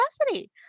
capacity